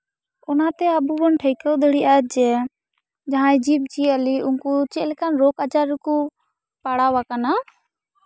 ᱚᱱᱟᱛᱮ ᱟᱵᱚ ᱵᱚᱱ ᱴᱷᱟᱹᱣᱠᱟᱹ ᱫᱟᱲᱮᱭᱟᱜᱼᱟ ᱡᱮ ᱡᱟᱦᱟᱸᱭ ᱡᱤᱵᱼᱡᱤᱭᱟᱹᱞᱤ ᱩᱱᱠᱩ ᱪᱮᱫ ᱞᱮᱠᱟᱱ ᱨᱳᱜᱽ ᱟᱡᱟᱨ ᱨᱮᱠᱚ ᱯᱟᱲᱟᱣ ᱟᱠᱟᱱᱟ